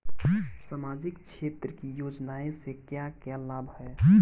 सामाजिक क्षेत्र की योजनाएं से क्या क्या लाभ है?